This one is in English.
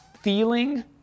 feeling